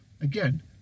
again